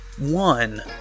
One